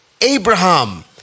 Abraham